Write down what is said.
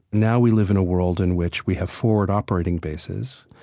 now we live in a world in which we have forward operating bases.